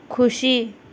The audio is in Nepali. खुसी